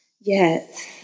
yes